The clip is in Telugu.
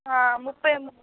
ముప్పై